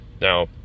Now